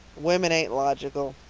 women ain't logical.